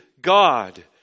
God